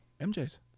MJ's